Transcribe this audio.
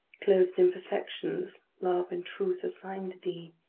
clothed in perfections love and truth assigned thee,